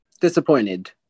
Disappointed